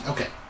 Okay